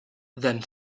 then